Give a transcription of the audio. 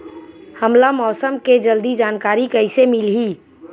हमला मौसम के जल्दी जानकारी कइसे मिलही?